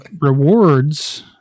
rewards